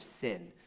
sin